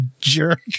jerk